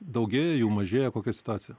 daugėja jų mažėja kokia situacija